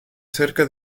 cerca